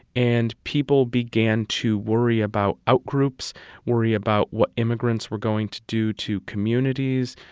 and people began to worry about out-groups worry about what immigrants were going to do to communities,